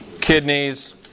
kidneys